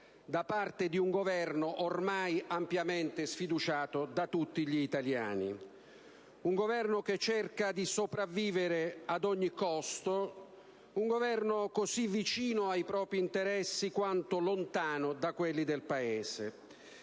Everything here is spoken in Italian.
da parte di un Governo ormai ampiamente sfiduciato da tutti gli italiani. Un Governo che cerca di sopravvivere ad ogni costo; un Governo così vicino ai propri interessi quanto lontano da quelli del Paese.